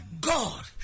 God